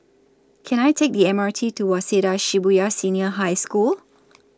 Can I Take The M R T to Waseda Shibuya Senior High School